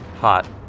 Hot